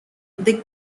they